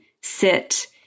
sit